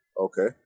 Okay